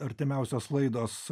artimiausios laidos